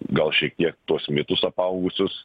gal šiek tiek tuos mitus apaugusius